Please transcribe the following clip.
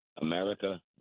America